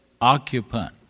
occupant